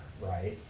right